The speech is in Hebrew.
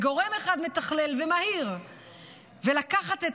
ועם גורם אחד מתכלל ומהיר לקחת את